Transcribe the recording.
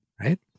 right